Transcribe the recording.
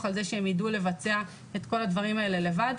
על זה שהם יידעו לבצע את כל הדברים האלה לבד.